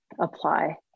apply